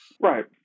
Right